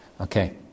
Okay